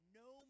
no